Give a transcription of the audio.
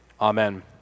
Amen